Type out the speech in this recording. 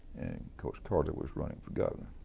course carter was running for governor.